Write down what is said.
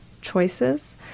choices